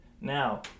now